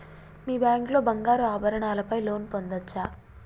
మీ bank లో బంగారు ఆభరణాల పై లోన్ పొందచ్చా?